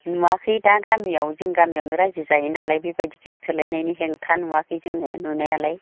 नुआखै दा गामियाव जों गामियावनो राज्यो जायो नालाय बिदि गोसथोलायनायनि हेंथा नुआखै जोङो नुनायालाय